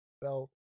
belt